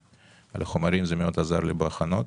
החומרים מאוד עזרו לי בהכנה לדיון.